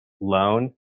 loan